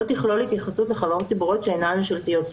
לא תכלול התייחסות לחברות ציבוריות שאינן ממשלתיות.